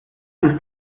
ist